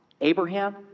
Abraham